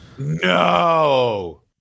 No